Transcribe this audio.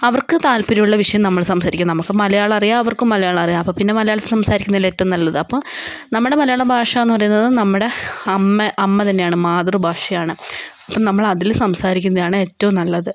അവർക്ക് താല്പര്യം ഉള്ള വിഷയം നമ്മള് സംസാരിക്കാൻ നമുക്ക് മലയാളം അറിയാം അവർക്കും മലയാളം അറിയാം അപ്പോൾ പിന്നെ മലയാളത്തിൽ സംസാരിക്കുന്നതല്ലേ ഏറ്റവും നല്ലത് അപ്പം നമ്മുടെ മലയാള ഭാഷ എന്ന് പറയുന്നത് നമ്മുടെ അമ്മ അമ്മതന്നെയാണ് മാതൃഭാഷയാണ് അപ്പം നമ്മള് അതിൽ സംസാരിക്കുന്നത് തന്നെയാണ് ഏറ്റവും നല്ലത്